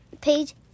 page